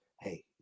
Hey